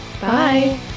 Bye